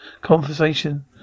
conversation